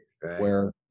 where-